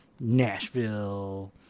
Nashville